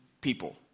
people